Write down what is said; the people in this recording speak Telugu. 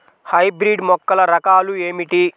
హైబ్రిడ్ మొక్కల రకాలు ఏమిటి?